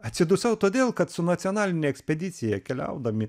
atsidusau todėl kad su nacionaline ekspedicija keliaudami